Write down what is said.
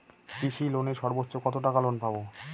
কৃষি লোনে সর্বোচ্চ কত টাকা লোন পাবো?